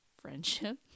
friendship